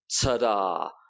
ta-da